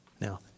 Now